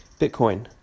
Bitcoin